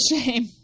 shame